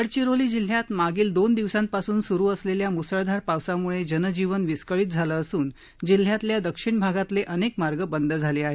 गडचिरोली जिल्ह्यात मागील दोन दिवसांपासून सुरू असलेल्या मुसळधार पावसामुळे जनजीवन विस्कळीत झाले असून जिल्ह्याच्या दक्षिण भागातले अनेक मार्ग बंद झाले आहेत